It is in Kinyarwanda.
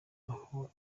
aho